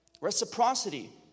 Reciprocity